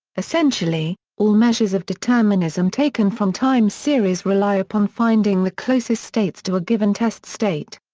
essentially, all measures of determinism taken from time series rely upon finding the closest states to a given test state.